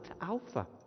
Alpha